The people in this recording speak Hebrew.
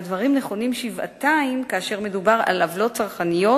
והדברים נכונים שבעתיים כאשר מדובר על עוולות צרכניות